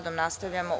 Nastavljamo